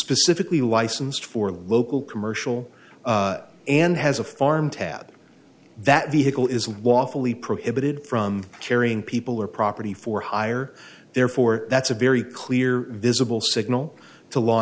specifically licensed for local commercial and has a farm tab that vehicle is lawfully prohibited from carrying people or property for hire therefore that's a very clear visible signal to law